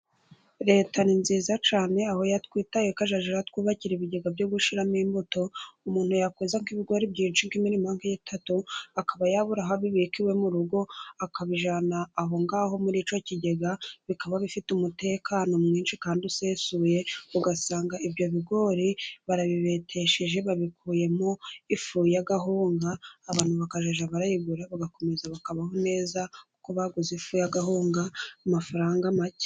Reta ni nziza cyane aho yatwitayeo ikajya twubakira ibigega byo gushiramo imbuto. Umuntu yakweza ko ibigori byinshi by'imirima nk'itatu akaba yabura aho abibika iwe murugo akabijana aho ngaho muri icyo kigega bikaba bifite umutekano mwinshi kandi usesuye . ugasanga ibyo bigori barabibetesheje babikuyemo ifu y'agahunga abantu bakajya bayigura bagakomeza bakabaho neza kuko baguze ifu y'agahunga amafaranga make.